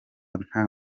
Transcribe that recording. nta